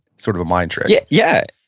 sort of a mind trick yeah. yeah